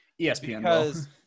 ESPN